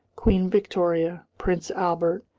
queen victoria, prince albert,